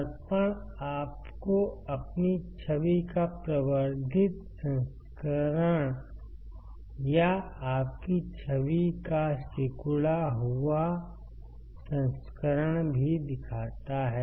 दर्पण आपको अपनी छवि का प्रवर्धित संस्करण या आपकी छवि का सिकुड़ा हुआ संस्करण impressionversion भी दिखाता है